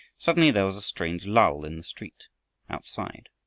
suddenly there was a strange lull in the street outside.